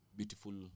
beautiful